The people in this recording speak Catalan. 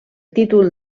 títol